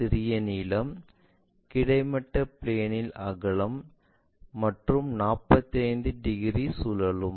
சிறிய நீளம் கிடைமட்ட பிளேன் இல் அகலம் மற்றும் 45 டிகிரி சுழலும்